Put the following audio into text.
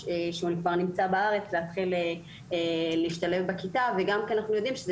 כבר נמצא בארץ להתחיל להשתלב בכיתה וגם כי אנחנו יודעים שזה